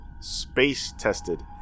space-tested